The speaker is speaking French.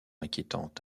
inquiétante